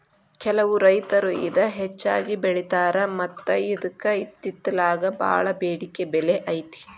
ಕೆಲವು ರೈತರು ಇದ ಹೆಚ್ಚಾಗಿ ಬೆಳಿತಾರ ಮತ್ತ ಇದ್ಕ ಇತ್ತಿತ್ತಲಾಗ ಬಾಳ ಬೆಡಿಕೆ ಬೆಲೆ ಐತಿ